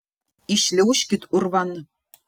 įšliaužkit urvan